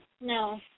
No